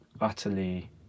utterly